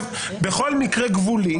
בכל מקרה גבולי,